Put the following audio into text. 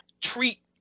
treat